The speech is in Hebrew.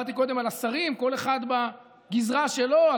ודיברתי קודם על השרים, כל אחד בגזרה שלו.